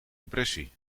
depressie